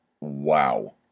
Wow